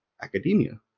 academia